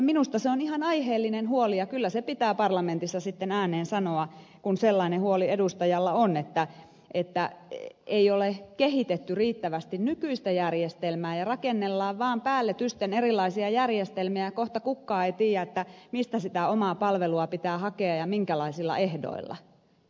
minusta se on ihan aiheellinen huoli ja kyllä se pitää parlamentissa sitten ääneen sanoa kun sellainen huoli edustajalla on että ei ole kehitetty riittävästi nykyistä järjestelmää rakennellaan vaan päälletysten erilaisia järjestelmiä ja kohta kukaan ei tiedä mistä sitä omaa palvelua pitää hakea ja minkälaisilla ehdoilla